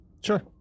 sure